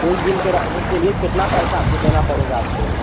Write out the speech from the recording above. एक दिन के रहने के लिए कितना पैसा हमको देना पड़ेगा आपको